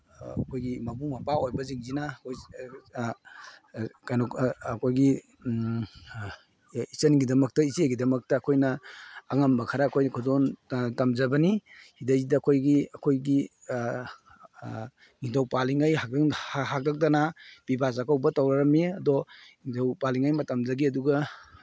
ꯑꯩꯈꯣꯏꯒꯤ ꯃꯕꯨꯡ ꯃꯧꯄ꯭ꯋꯥ ꯑꯣꯏꯕꯁꯤꯡꯁꯤꯅ ꯀꯩꯅꯣ ꯑꯩꯈꯣꯏꯒꯤ ꯏꯆꯟꯒꯤꯗꯃꯛꯇ ꯏꯆꯦꯒꯤꯗꯃꯛꯇ ꯑꯩꯈꯣꯏꯅ ꯑꯉꯝꯕ ꯈꯔ ꯑꯩꯈꯣꯏꯅ ꯈꯨꯗꯣꯟ ꯇꯝꯖꯕꯅꯤ ꯁꯤꯗꯩꯁꯤꯗ ꯑꯩꯈꯣꯏꯒꯤ ꯑꯩꯈꯣꯏꯒꯤ ꯅꯤꯡꯊꯧ ꯄꯥꯜꯂꯤꯉꯩ ꯍꯥꯛꯇꯛꯇꯅ ꯄꯤꯕꯥ ꯆꯥꯛꯀꯧꯕ ꯇꯧꯔꯝꯃꯤ ꯑꯗꯣ ꯅꯤꯡꯊꯧ ꯄꯥꯜꯂꯤꯉꯩ ꯃꯇꯝꯗꯒꯤ ꯑꯗꯨꯒ